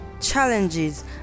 challenges